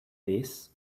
this